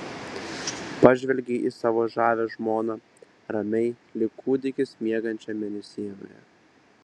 pažvelgė į savo žavią žmoną ramiai lyg kūdikis miegančią mėnesienoje